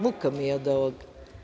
Muka mi je od ovoga.